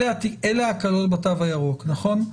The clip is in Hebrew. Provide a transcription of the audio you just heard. אלה ההקלות בתו הירוק נכון?